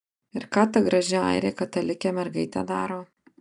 ir ką gi ta graži airė katalikė mergaitė daro